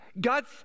God's